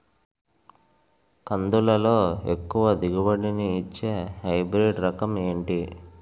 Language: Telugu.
కందుల లో ఎక్కువ దిగుబడి ని ఇచ్చే హైబ్రిడ్ రకం ఏంటి?